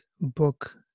book